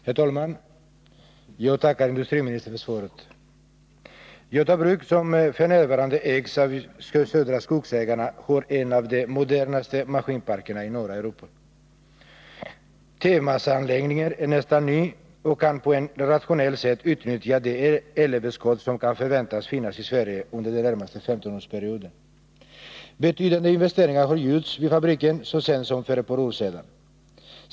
Herr talman! Jag tackar industriministern för svaret. Göta Bruk, som f. n. ägs av Södra Skogsägarna, har en av de modernaste maskinparkerna i norra Europa. T-massaanläggningen är nästan ny och kan på ett rationellt sätt utnyttja det elöverskott som kan förväntas finnas i Sverige under den närmaste femtonårsperioden. Betydande investeringar har gjorts vid fabriken så sent som för ett par år sedan.